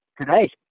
Today